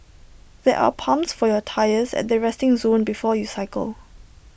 there are pumps for your tyres at the resting zone before you cycle